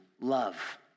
love